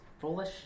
foolish